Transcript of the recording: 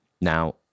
now